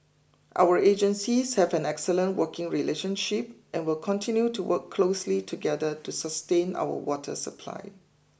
our agencies have an excellent working relationship and will continue to work closely together to sustain our water supply